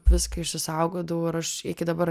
viską išsisaugodavau ir aš iki dabar